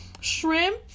shrimp